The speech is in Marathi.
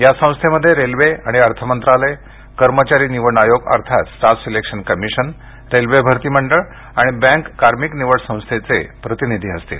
या संस्थेमध्ये रेल्वे आणि अर्थ मंत्रालय कर्मचारी निवड आयोग अर्थात स्टाफ सिलेक्शन कमिशन रेल्वे भरती मंडळ आणि बँक कार्मिक निवड संस्थेचे प्रतिनिधी असतील